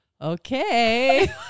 okay